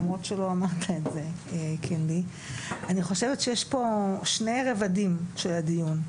למרות שלא אמרת את זה אני חושבת שיש פה שני רבדים של הדיון.